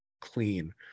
clean